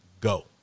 go